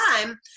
time